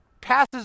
passes